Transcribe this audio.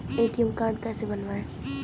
ATM card कैसे बनवाएँ?